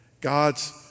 God's